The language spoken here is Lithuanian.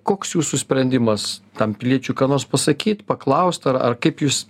koks jūsų sprendimas tam piliečiui ką nors pasakyt paklaust ar ar kaip jūs